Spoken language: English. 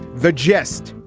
the jest.